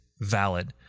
valid